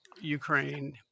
Ukraine